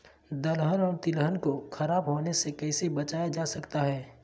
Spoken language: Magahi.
दलहन और तिलहन को खराब होने से कैसे बचाया जा सकता है?